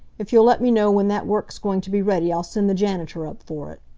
if you'll let me know when that work's going to be ready, i'll send the janitor up for it.